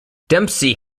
dempsey